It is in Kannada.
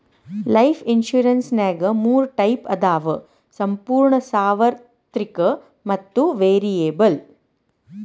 ಲೈಫ್ ಇನ್ಸುರೆನ್ಸ್ನ್ಯಾಗ ಮೂರ ಟೈಪ್ಸ್ ಅದಾವ ಸಂಪೂರ್ಣ ಸಾರ್ವತ್ರಿಕ ಮತ್ತ ವೇರಿಯಬಲ್